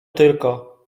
tylko